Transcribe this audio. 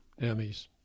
emmys